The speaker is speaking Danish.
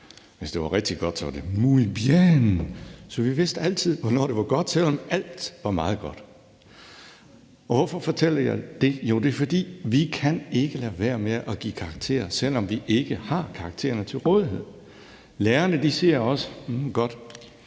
hvis det var rigtig godt, sagde han: Muuy bieen! Så vi vidste altid, hvornår det var godt, selv om alt var meget godt. Hvorfor fortæller jeg det? Jo, det er, fordi vi ikke kan lade være med at give karakterer, selv om vi ikke har karaktererne til rådighed. Lærerne siger også: Hmm, godt.